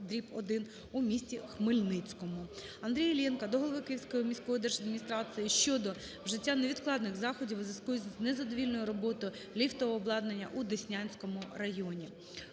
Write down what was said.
29/1 у місті Хмельницькому. Андрія Іллєнка до голови Київської міської держадміністрації щодо вжиття невідкладних заходів у зв`язку із незадовільною роботою ліфтового обладнання у Деснянському районі.